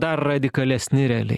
dar radikalesni realiai